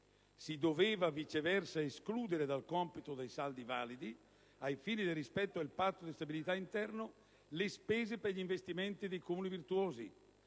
Si doveva, viceversa, escludere dal computo dei saldi validi ai fini del rispetto del Patto di stabilità interno le spese per gli investimenti dei Comuni virtuosi,